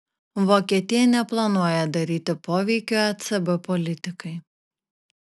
vokietija neplanuoja daryti poveikio ecb politikai